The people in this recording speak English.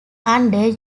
under